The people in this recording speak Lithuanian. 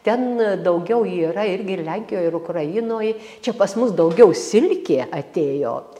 ten daugiau yra irgi ir lenkijoj ir ukrainoj čia pas mus daugiau silkė atėjo